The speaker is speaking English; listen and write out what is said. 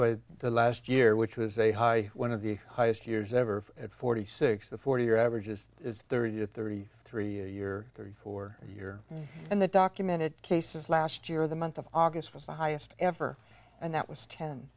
by the last year which was a high one of the highest years ever at forty six the forty year average is thirty a thirty three year thirty four year and the documented cases last year the month of august was the highest ever and that was ten